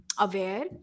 aware